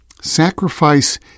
Sacrifice